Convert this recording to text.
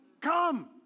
come